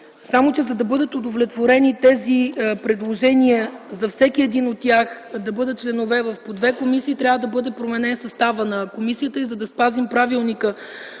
За да бъдат удовлетворени предложенията за всеки един от тях - да бъдат членове в по две комисии, трябва да бъде променен съставът на комисиите. За да спазим правилника